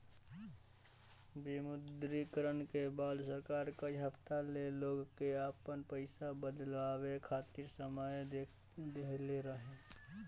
विमुद्रीकरण के बाद सरकार कई हफ्ता ले लोग के आपन पईसा बदलवावे खातिर समय देहले रहे